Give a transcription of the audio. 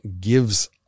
gives